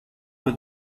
with